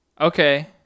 okay